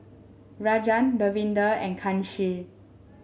Rajan Davinder and Kanshi